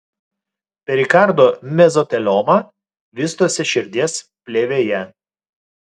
perikardo mezotelioma vystosi širdies plėvėje